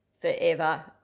forever